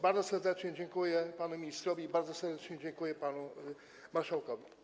Bardzo serdecznie dziękuję panu ministrowi i bardzo serdecznie dziękuję panu marszałkowi.